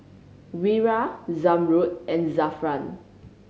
Wira Zamrud and Zafran